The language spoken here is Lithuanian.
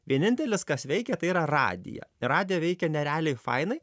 vienintelis kas veikia tai yra radija ir radija veikia nerealiai fainai